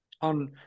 on